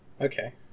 Okay